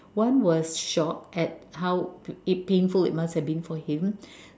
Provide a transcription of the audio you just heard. one was shock at how it painful it must have been for him